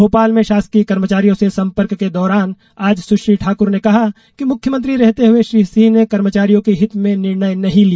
भोपाल में शासकीय कर्मचारियों से संपर्क के दौरान आज सुश्री ठाकर ने कहा कि मख्यमंत्री रहते हुए श्री सिंह ने कर्मचारियों के हित में निर्णय नहीं लिए